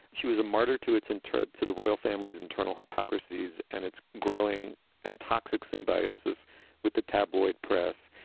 she was a martyr to it's interred to the royal family's internal hypocrisies and it's growing and toxic symbiosis with the tabloid press.